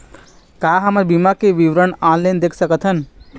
का हमर बीमा के विवरण ऑनलाइन देख सकथन?